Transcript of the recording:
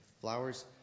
flowers